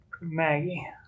Maggie